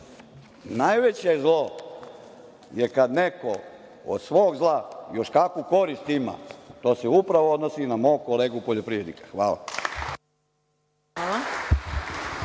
najveće zlo je kad neko od svog zla još kakvu korist ima. To se upravo odnosi na mog kolegu poljoprivrednika. Hvala.